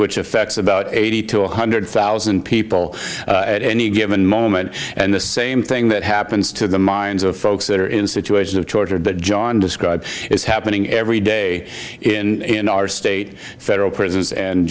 which affects about eighty to one hundred thousand people at any given moment and the same thing that happens to the minds of folks that are in situations of torture that john described is happening every day in our state federal prisons and